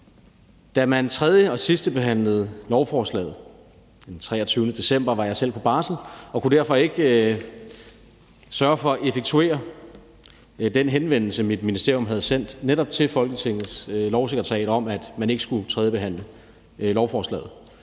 Da man tredjebehandlede lovforslaget den 23. december 2023, var jeg selv på barsel og kunne derfor ikke sørge for at effektuere den henvendelse, som mit ministerium havde sendt netop til Folketingets Lovsekretariat om, at man ikke skulle tredjebehandle lovforslaget.